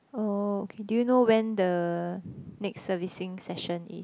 oh okay do you know when the next servicing session is